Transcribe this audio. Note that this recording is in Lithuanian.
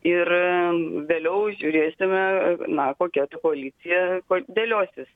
ir vėliau žiūrėsime na kokia ta koalicija dėliosis